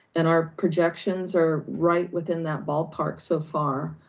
and our projections are right within that ballpark so far,